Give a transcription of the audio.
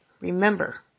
remember